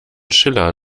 schiller